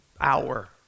hour